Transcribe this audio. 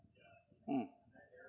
mm